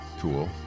tool